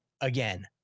again